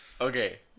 Okay